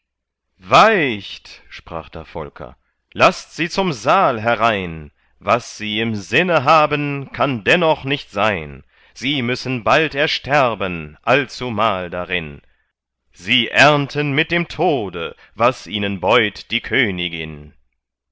weicht sprach da volker laßt sie zum saal herein was sie im sinne haben kann dennoch nicht sein sie müssen bald ersterben allzumal darin sie ernten mit dem tode was ihnen beut die königin